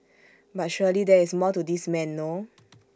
but surely there is more to this man no